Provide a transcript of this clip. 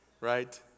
right